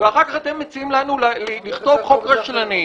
ואחר כך אתם מציעים לנו לכתוב חוק רשלני,